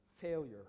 failure